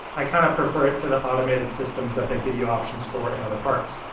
i kind of prefer it to the automated systems that they give you options for in other parts.